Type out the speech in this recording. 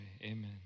amen